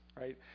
right